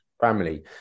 family